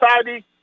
society